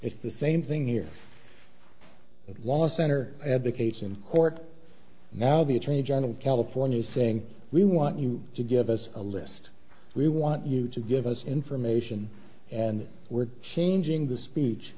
it's the same thing here that law center advocates in court now the attorney general california saying we want you to give us a list we want you to give us information and were changing the speech